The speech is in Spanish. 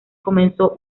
comenzó